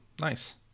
nice